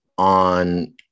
on